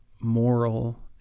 moral